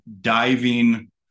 diving